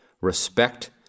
respect